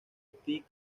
steve